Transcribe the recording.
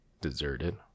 Deserted